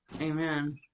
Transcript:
Amen